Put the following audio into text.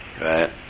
Right